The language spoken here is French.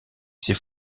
ses